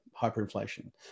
hyperinflation